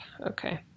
Okay